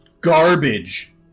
garbage